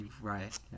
right